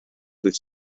ddydd